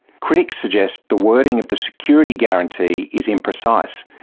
critics suggest the wording of the security guarantee is imprecise,